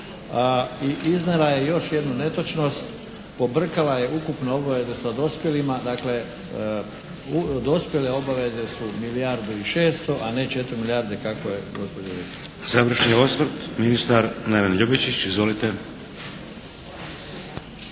I iznijela je još jednu netočnost, pobrkala je ukupno obaveze sa dospjelima, dakle dospjele obaveze su milijardu i 600 a ne 4 milijarde kako je gospođa rekla. **Šeks, Vladimir (HDZ)** Završni osvrt, ministar Neven Ljubičić. Izvolite.